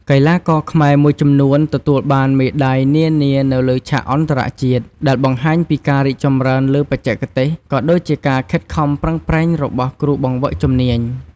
កីឡាករខ្មែរមួយចំនួនទទួលបានមេដាយនានានៅលើឆាកអន្តរជាតិ ដែលបង្ហាញពីការរីកចម្រើនលើបច្ចេកទេស ក៏ដូចជាការខិតខំប្រឹងប្រែងរបស់គ្រូបង្វឹកជំនាញ។